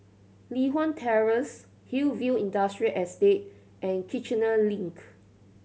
Li Hwan Terrace Hillview Industrial Estate and Kiichener Link